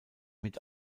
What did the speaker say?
mit